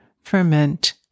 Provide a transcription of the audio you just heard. ferment